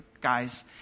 guys